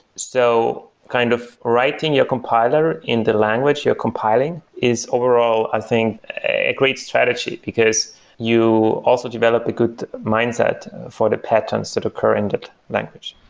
so kind of writing your compiler in the language you're compiling is overall, i think, a great strategy, because also develop a good mindset for the patterns that occur in that language.